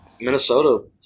Minnesota